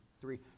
three